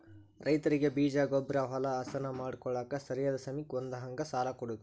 ರೈತರಿಗೆ ಬೇಜ, ಗೊಬ್ಬ್ರಾ, ಹೊಲಾ ಹಸನ ಮಾಡ್ಕೋಳಾಕ ಸರಿಯಾದ ಸಮಯಕ್ಕ ಹೊಂದುಹಂಗ ಸಾಲಾ ಕೊಡುದ